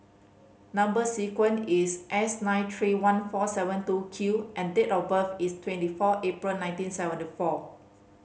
number sequence is S nine three one four seven two Q and date of birth is twenty four April nineteen seventy four